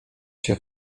się